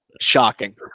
shocking